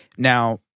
Now